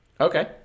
Okay